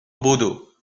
بدو